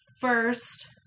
first